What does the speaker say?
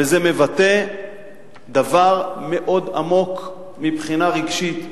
וזה מבטא דבר עמוק מאוד מבחינה רגשית,